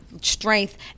strength